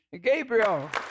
Gabriel